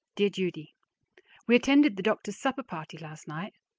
dear judy we attended the doctor's supper party last night,